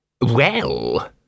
Well